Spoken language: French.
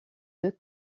deux